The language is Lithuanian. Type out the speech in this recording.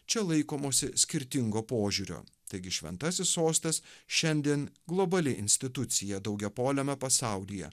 čia laikomosi skirtingo požiūrio taigi šventasis sostas šiandien globali institucija daugiapoliame pasaulyje